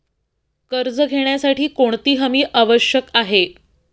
कर्ज घेण्यासाठी कोणती हमी आवश्यक आहे?